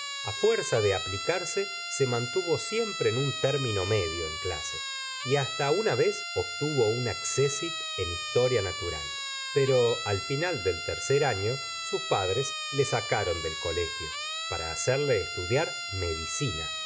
a fuerza de aplicarse se mantuvo siempre en un término medio en clase y hasta una vez obtuvo un accésit en historia natural pero al fin del tercer año sus padres le sacaron del colegio para hacerle estudiar medicina